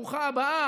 ברוכה הבאה,